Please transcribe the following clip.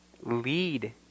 lead